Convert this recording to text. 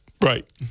Right